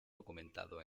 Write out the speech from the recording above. documentado